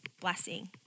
blessing